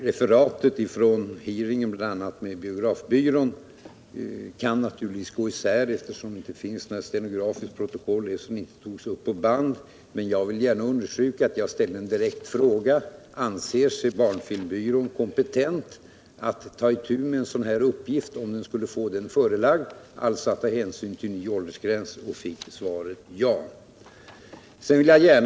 Referaten från utfrågningen med bl.a. biografbyrån och barnfilmnämnden kan naturligtvis gå isär, eftersom det inte finns något stenografiskt protokoll eller någon bandinspelning, men jag vill gärna påpeka att jag då ställde en direkt fråga: Anser sig biografbyrån kompetent att ta itu med en sådan här uppgift, om uppgiften föreläggs byrån, alltså att ta hänsyn till ny åldersgräns? Jag fick svaret ja.